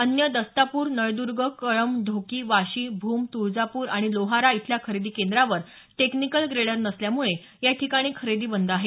अन्य दस्तापूर नळदुर्ग कळंब ढोकी वाशी भूम तुळजापूर आणि लोहारा इथल्या खरेदी केंद्रावर टेक्नीकल ग्रेडर नसल्यामुळे या ठिकाणी खरेदी बंद आहे